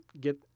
get